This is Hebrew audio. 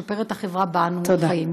לשפר את החברה שבה אנו חיים.